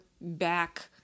back